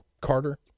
Carter